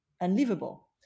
unlivable